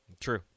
True